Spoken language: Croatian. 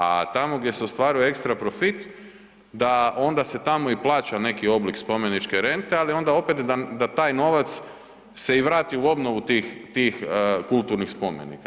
A tamo gdje se ostvaruje ekstra profit, da onda se tamo i plaća neki oblik spomeničke rente, ali onda opet, da taj novac se i vrati u obnovu tih kulturnih spomenika.